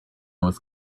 was